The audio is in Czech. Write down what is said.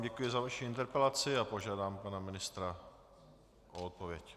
Děkuji vám za vaši interpelaci a požádám pana ministr o odpověď.